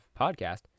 Podcast